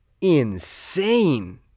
insane